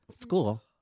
School